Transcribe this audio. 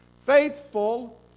Faithful